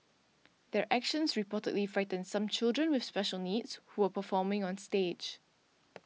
their actions reportedly frightened some children with special needs who were performing on stage